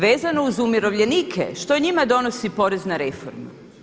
Vezano uz umirovljenike, što njima donosi porezna reforma.